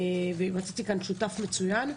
ומצאתי כאן שותף מצוין,